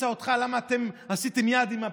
מנסור עבאס לקבל את המועצה הדתית במשרד